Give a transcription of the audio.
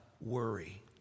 worry